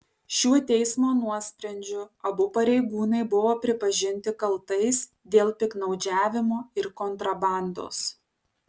šiuo teismo nuosprendžiu abu pareigūnai buvo pripažinti kaltais dėl piktnaudžiavimo ir kontrabandos